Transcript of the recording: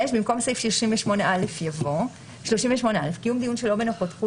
במקום סעיף 38א יבוא: 38א קיום דיון שלא בנוכחות